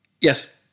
Yes